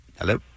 Hello